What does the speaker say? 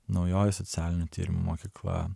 naujoji socialinių tyrimų mokykla